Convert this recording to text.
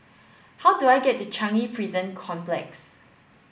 how do I get to Changi Prison Complex